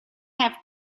have